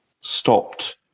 stopped